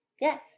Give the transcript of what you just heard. Yes